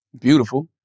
Beautiful